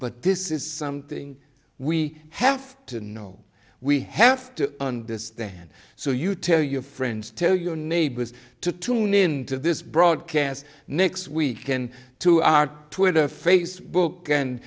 but this is something we have to know we have to understand so you tell your friends tell your neighbors to tune into this broadcast next week and to our twitter facebook and